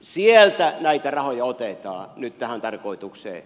sieltä näitä rahoja otetaan nyt tähän tarkoitukseen